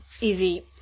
easy